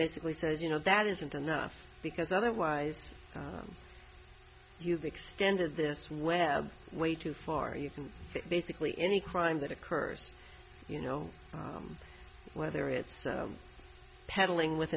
basically says you know that isn't enough because otherwise you've extended this way way too far you can basically any crime that occurs you know whether it's peddling with